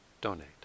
donate